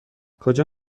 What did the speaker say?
کجا